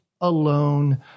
alone